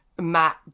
Matt